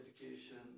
education